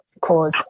cause